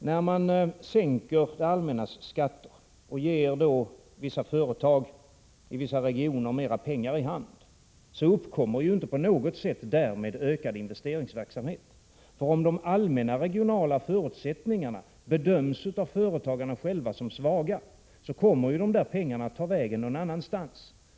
När man sänker det allmännas skatter och ger vissa företag i vissa regioner mer pengar i hand uppkommer därmed inte på något sätt ökad investeringsverksamhet. Om de allmänna regionala förutsättningarna av företagarna själva bedöms som svaga kommer dessa pengar att gå till något annat.